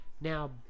Now